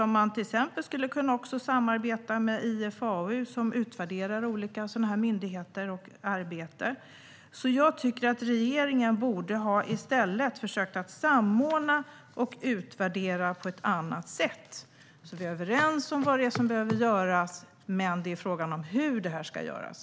Man skulle kunna samarbeta med IFAU, som utvärderar olika myndigheter och arbeten. Regeringen borde alltså ha försökt att samordna och utvärdera på ett annat sätt. Vi är överens om vad som behöver göras. Men frågan gäller hur detta ska göras.